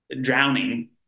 drowning